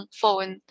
phone